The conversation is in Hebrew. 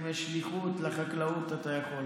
אם יש שליחות לחקלאות, אתה יכול.